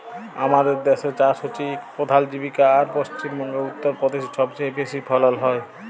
আমাদের দ্যাসে চাষ হছে ইক পধাল জীবিকা আর পশ্চিম বঙ্গে, উত্তর পদেশে ছবচাঁয়ে বেশি ফলল হ্যয়